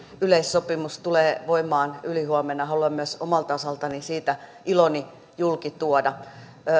yleissopimus tulee voimaan ylihuomenna haluan myös omalta osaltani siitä iloni julki tuoda